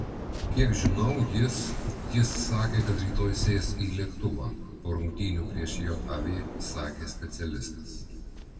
kiek žinau jis jis sakė kad rytoj sės į lėktuvą po rungtynių prieš jav sakė specialistas